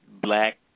black